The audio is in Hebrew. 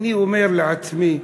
אני אומר לעצמי: